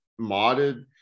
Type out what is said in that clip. modded